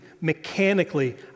mechanically